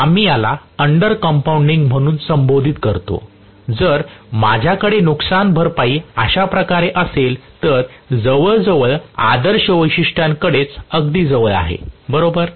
आम्ही याला under compounding म्हणून संबोधित करतो जर माझ्याकडे नुकसान भरपाई अशा प्रकारे असेल तर जवळजवळ आदर्श वैशिष्ट्यांकडेचअगदी जवळ आहे बरोबर